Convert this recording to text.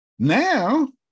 now